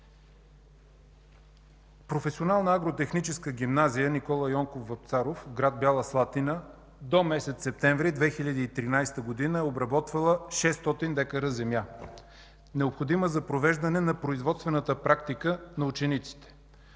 Професионална агротехническа гимназия „Н. Й. Вапцаров”, град Бяла Слатина до месец септември 2013 г. е обработвала 600 дка земя, необходима за провеждане на производствената практика на учениците.